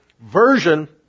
version